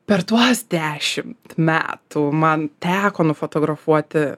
per tuos dešimt metų man teko nufotografuoti